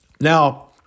Now